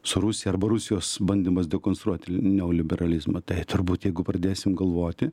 su rusija arba rusijos bandymas dekonstruoti neoliberalizmą tai turbūt jeigu pradėsim galvoti